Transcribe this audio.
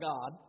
God